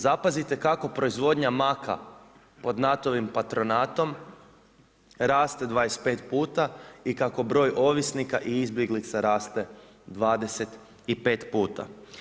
Zapazite kako proizvodnja maka pod NATO-vim patronatom raste 25 puta i kako broj ovisnika i izbjeglica raste 25 puta.